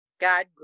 God